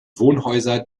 wohnhäuser